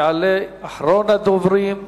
יעלה אחרון הדוברים,